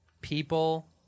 People